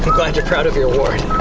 but glad you're proud of your ward